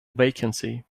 vacancy